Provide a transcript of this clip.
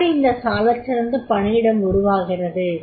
எப்படி இந்த சாலச்சிறந்த பணியிடம் உருவாகிறது